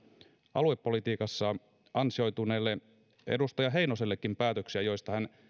aluepolitiikassa ansioituneelle edustaja heinosellekin päätöksiä joista hän